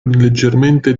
leggermente